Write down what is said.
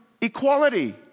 equality